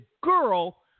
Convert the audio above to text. girl